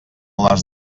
les